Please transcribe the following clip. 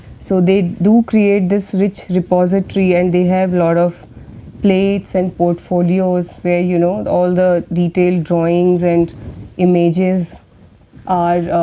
so, they do create this rich repository and they have lots of plates and portfolios, where you know, all the detailed drawings and images are